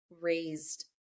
raised